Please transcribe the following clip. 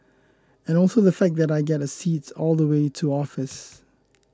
and also the fact that I get a seat all the way to office